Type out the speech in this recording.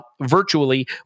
virtually